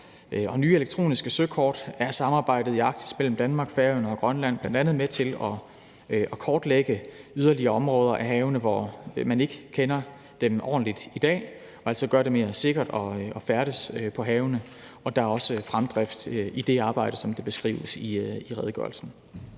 nye elektroniske søkort er samarbejdet i Arktis mellem Danmark, Færøerne og Grønland bl.a. med til at kortlægge yderligere områder af havene, som man ikke kender ordentligt i dag, og altså gøre det mere sikkert at færdes på havene, og der er også fremdrift i det arbejde, som det beskrives i redegørelsen.